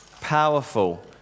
powerful